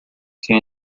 sia